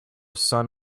sun